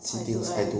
eye to eye